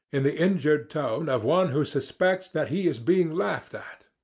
in the injured tone of one who suspects that he is being laughed at,